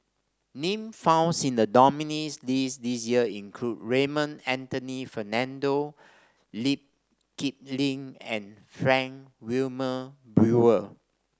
name founds in the nominees' list this year include Raymond Anthony Fernando Lee Kip Lin and Frank Wilmin Brewer